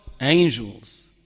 Angels